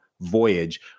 voyage